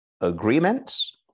agreements